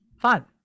Fun